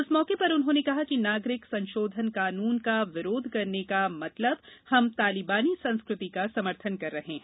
इस मौके पर उन्होने कहा कि नागरिक संशोधन कानून का विरोध करने का मतलब हम तालिबानी संस्कृति का समर्थन कर रहे है